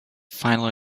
final